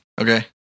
Okay